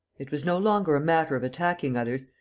it was no longer a matter of attacking others,